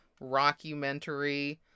rockumentary